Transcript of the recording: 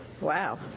Wow